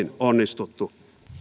onnistuttu